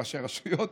ראשי הרשויות,